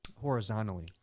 horizontally